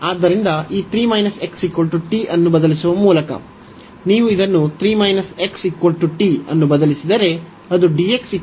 ಆದ್ದರಿಂದ ಈ 3 x t ಅನ್ನು ಬದಲಿಸುವ ಮೂಲಕ